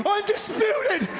Undisputed